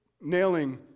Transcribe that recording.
nailing